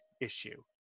issue